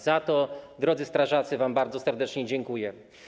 Za to, drodzy strażacy, wam bardzo serdecznie dziękuję.